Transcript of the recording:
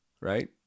Right